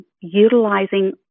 utilizing